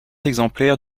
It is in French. exemplaires